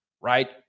right